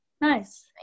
Nice